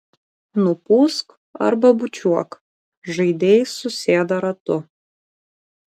nupūsk arba bučiuok žaidėjai susėda ratu